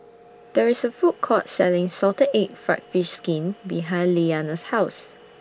There IS A Food Court Selling Salted Egg Fried Fish Skin behind Leanna's House